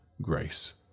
grace